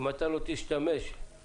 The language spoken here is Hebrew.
אם אתה לא תשתמש לתאים,